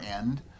end